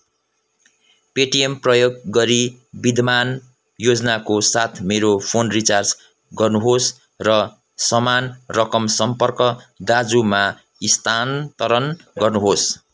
Paytm प्रयोग गरी विद्यमान योजनाको साथ मेरो फोन रिचार्ज गर्नुहोस् र समान रकम सम्पर्क दाजुमा स्थानान्तरण गर्नुहोस्